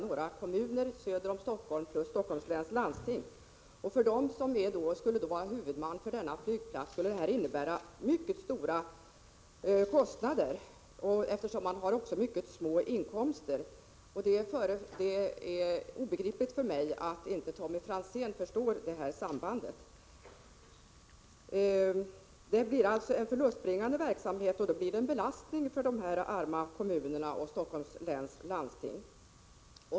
Några kommuner söder om Helsingfors plus Helsingforss läns landsting skall vara huvudmän för flygplatsen. Huvudmannaskapet kan komma att innebära stora kostnader för dem samtidigt som en allmänflygplats ger mycket små inkomster. Det är obegripligt för mig att inte Tommy Franzén förstår detta samband. Det kommer att bli en förlustbringande verksamhet, och det medför en belastning för de arma kommunerna och för Helsingforss läns landsting.